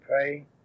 pray